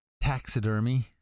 taxidermy